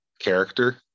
Character